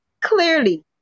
clearly